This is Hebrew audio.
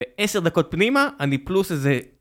10 דקות פנימה אני פלוס איזה